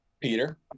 Peter